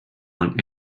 want